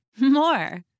more